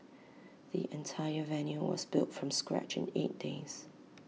the entire venue was built from scratch eight days